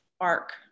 arc